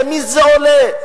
למי זה עולה?